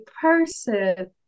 person